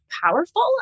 powerful